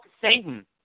Satan